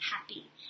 happy